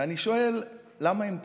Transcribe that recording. ואני שואל למה הם פה,